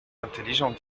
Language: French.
intelligent